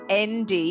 ND